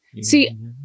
See